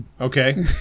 Okay